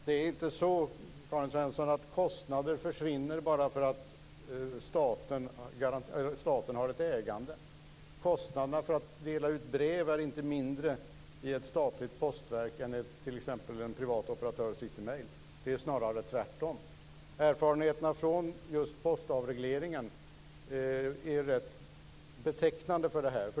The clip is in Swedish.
Herr talman! Det är inte så, Karin Svensson Smith, att kostnader försvinner bara därför att staten har ett ägande. Kostnaderna för att dela ut brev är inte mindre i ett statligt postverk än för t.ex. den privata operatören City Mail. Det är snarare tvärtom. Erfarenheterna från just postavregleringen är rätt betecknande.